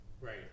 Right